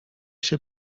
się